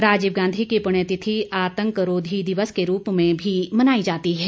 राजीव गांधी की पुण्यतिथि आतंक रोधी दिवस के रूप में भी मनाई जाती है